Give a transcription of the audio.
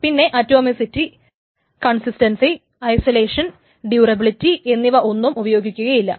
പിന്നെ atomicity consistency isolation durability എന്നിവ ഒന്നും ഉപയോഗിക്കുകയില്ല